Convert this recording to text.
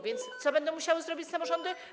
Więc co będą musiały zrobić samorządy?